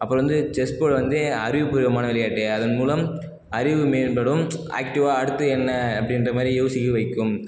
அப்புறம் வந்து chess board வந்து அறிவுப்பூர்வமான விளையாட்டு அதன்மூலம் அறிவு மேம்படும் ஆக்டிவாக அடுத்து என்ன அப்படின்றமாரி யோசிக்க வைக்கும்